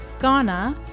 Ghana